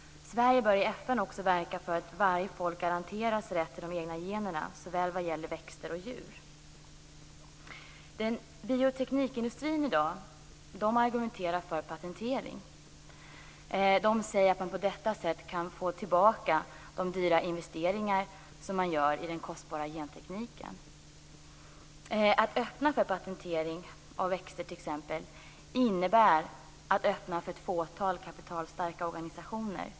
Sverige bör också i FN verka för att varje folk garanteras rätten till de egna generna, såväl vad gäller växter som djur. Bioteknikindustrin argumenterar i dag för patentering. Man säger att man på detta sätt kan få tillbaka de dyra investeringar man gör i den kostbara gentekniken. Att öppna för patentering av t.ex. växter innebär också att öppna för ett fåtal kapitalstarka organisationer.